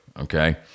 okay